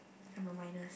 I'm a minus